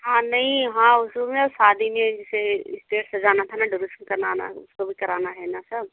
हाँ नहीं हाँ उसमें शादी में जैसे स्टेज सजाना था ना डोरोशन करना आना उसको भी कराना है ना सर